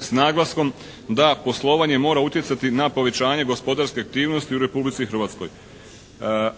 s naglaskom da poslovanje mora utjecati na povećanje gospodarske aktivnosti u Republici Hrvatskoj.